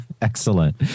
Excellent